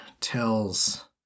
tells